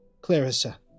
Clarissa